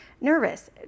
nervous